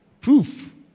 proof